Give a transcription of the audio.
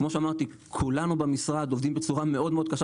כמו שאמרתי כולנו במשרד עובדים בצורה מאוד קשה,